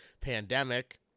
pandemic